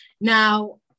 Now